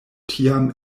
tiam